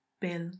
bill